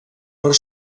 per